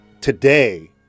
today